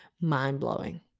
mind-blowing